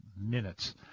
minutes –